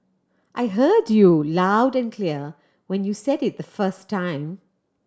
I heard you loud and clear when you said it the first time